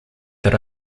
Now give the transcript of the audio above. that